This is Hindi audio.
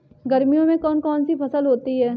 गर्मियों में कौन कौन सी फसल होती है?